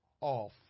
off